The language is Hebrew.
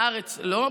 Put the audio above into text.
בארץ לא,